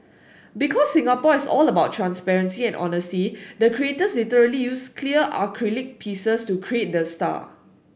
because Singapore is all about transparency and honesty the creators literally used clear acrylic pieces to create the star